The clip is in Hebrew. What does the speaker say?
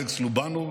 אלכס לובנוב